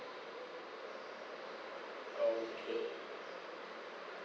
okay